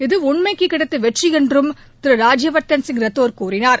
இது உண்மைக்கு கிடைத்த வெற்றி என்றும் திரு ராஜ்யவர்தன் ரத்தோர் கூறினார்